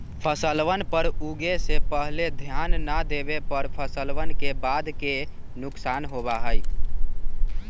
फसलवन पर उगे से पहले ध्यान ना देवे पर फसलवन के बाद के नुकसान होबा हई